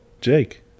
Jake